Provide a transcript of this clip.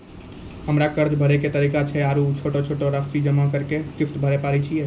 हमरा कर्ज भरे के की तरीका छै आरू छोटो छोटो रासि जमा करि के किस्त भरे पारे छियै?